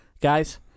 Guys